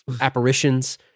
apparitions